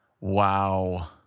Wow